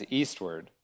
eastward